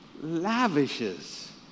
lavishes